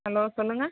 hello சொல்லுங்கள்